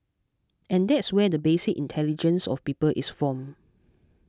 and that's where the basic intelligence of people is formed